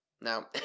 now